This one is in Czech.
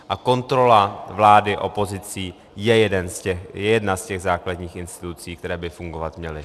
A kontrola vlády opozicí je jedna z těch základních institucí, které by fungovat měly.